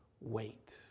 wait